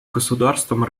государствам